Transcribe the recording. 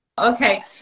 okay